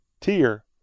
tier